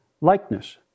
likeness